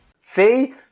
See